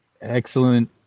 excellent